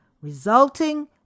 resulting